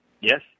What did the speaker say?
Yes